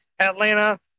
Atlanta